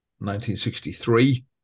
1963